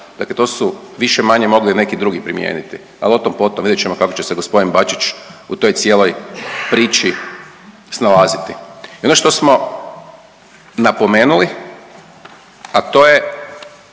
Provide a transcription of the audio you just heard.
Dakle, to su više-manje mogli neki drugi primijeniti, ali o tom, potom vidjet ćemo kako će se gospodin Bačić u toj cijeloj priči snalaziti. I ono što smo napomenuli, a to je